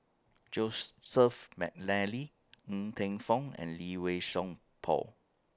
Joseph Mcnally Ng Teng Fong and Lee Wei Song Paul